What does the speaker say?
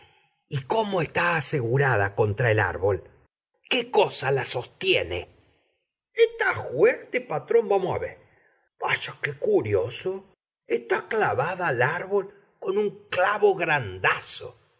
bien cómo está asegurada contra el árbol qué cosa la sostiene etá juerte patrón vamo a ver vaya qu é curioso etá clavada al árbol con un clavo grandaso